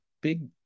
big